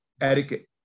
etiquette